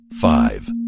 Five